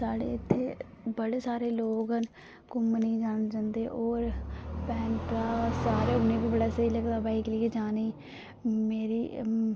साढ़े इत्थै बड़े सारे लोग न घूमने गी जाना चांह्दे और उनेंगी बी बड़ा स्हेई लगदा बाइक उप्पर जाना मेरे